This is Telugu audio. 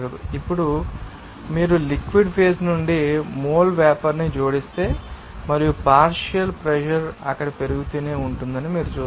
ఇప్పుడు మీరు లిక్విడ్ ఫేజ్ నుండి మోల్ వేపర్ ని జోడిస్తే మరియు పార్షియల్ ప్రెషర్ అక్కడ పెరుగుతూనే ఉంటుందని మీరు చూస్తారు